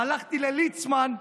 הלכתי לליצמן,